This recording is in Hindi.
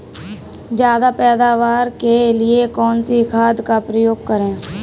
ज्यादा पैदावार के लिए कौन सी खाद का प्रयोग करें?